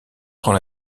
prend